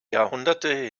jahrhunderte